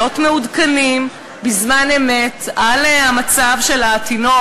להיות מעודכנים בזמן אמת במצב של התינוק